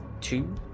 two